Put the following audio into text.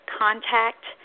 contact